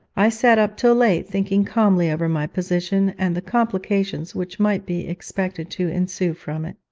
i sat up till late, thinking calmly over my position, and the complications which might be expected to ensue from it.